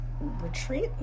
retreat